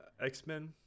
X-Men